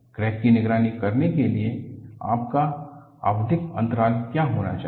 crack कि निगरानी करने के लिए आपका आवधिक अंतराल क्या होना चाहिए